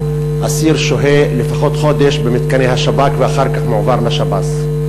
אסיר שוהה לפחות חודש במתקני השב"כ ואחר כך מועבר לשב"ס.